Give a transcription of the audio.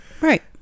Right